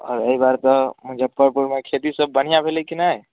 आओर अइ घरसँ मुजफ्फरपुरमे खेती सब बढ़िआँ भेलै कि नहि